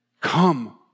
Come